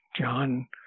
John